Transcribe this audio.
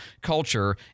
culture